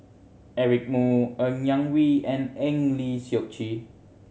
Eric Moo Ng Yak Whee and Eng Lee Seok Chee